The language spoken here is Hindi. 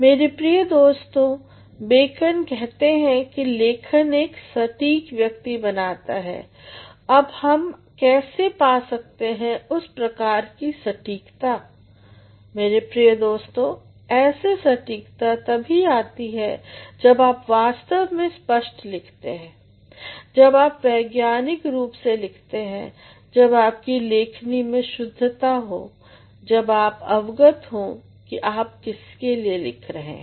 मेरे प्रिय दोस्तों बेकन कहते हैं कि लेखन एक सटीक व्यक्ति बना सकता है अब हम कैसे पा सकते उस प्रकार की सटीकता मेरे प्रिय दोस्तों ऐसे सटीकता तभी आती है जब आप वास्तव में स्पष्ट लिखते हैं जब आप वैज्ञानिक रूप से लिखते हैं जब आपकी लेखनी में शुद्धता हो जब आप अवगत हों कि आप किसके लिए लिख रहे हैं